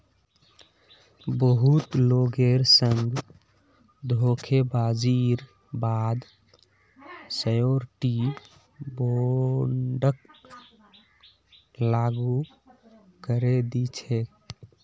बहुत लोगेर संग धोखेबाजीर बा द श्योरटी बोंडक लागू करे दी छेक